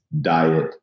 diet